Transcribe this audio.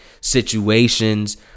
Situations